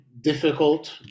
difficult